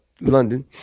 London